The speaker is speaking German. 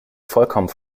vollkommen